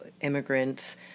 immigrants